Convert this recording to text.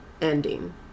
ending